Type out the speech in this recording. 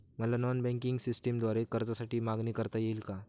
मला non banking सिस्टमद्वारे कर्जासाठी मागणी करता येईल का?